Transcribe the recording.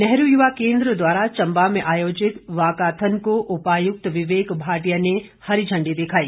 नेहरू युवा केंद्र द्वारा चम्बा में आयोजित वाकाथन को उपायुक्त विवेक भाटिया ने हरी झंडी दिखाई